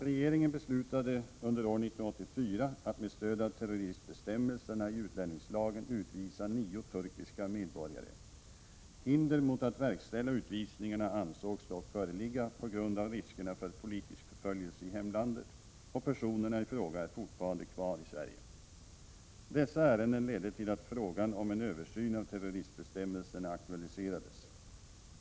Regeringen beslutade under år 1984 att med stöd av terroristbestämmelserna i utlänningslagen utvisa tio turkiska medborgare. Hinder mot att verkställa utvisningarna ansågs dock föreligga på grund av riskerna för politisk förföljelse i hemlandet, och personerna i fråga är fortfarande kvar i Sverige. Dessa ärenden ledde till att frågan om en översyn av terroristbestämmelserna aktualiserades.